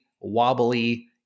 wobbly